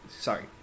Sorry